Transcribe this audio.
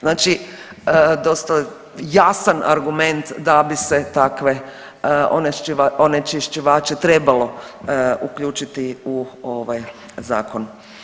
Znači dosta jasan argument da bi se takve onečišćivače trebalo uključiti u ovaj zakon.